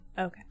Okay